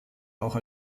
auch